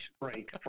break